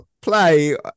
play